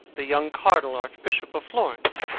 the young cardinal archbishop of florence,